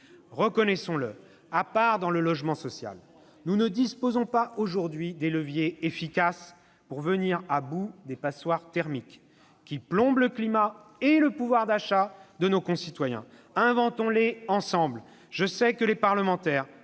Reconnaissons-le, à part dans le logement social, nous ne disposons pas aujourd'hui des leviers efficaces pour venir à bout des passoires thermiques qui plombent le climat et le pouvoir d'achat de nos concitoyens. Inventons-les ensemble ! Je sais que les parlementaires